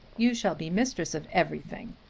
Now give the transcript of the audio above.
you shall be mistress of everything.